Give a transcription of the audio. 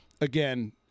again